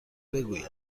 بگوید